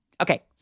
Okay